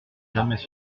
jamais